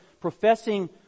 professing